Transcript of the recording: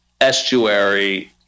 estuary